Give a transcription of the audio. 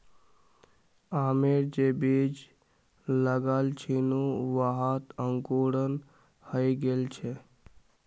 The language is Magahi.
आमेर जे बीज लगाल छिनु वहात अंकुरण हइ गेल छ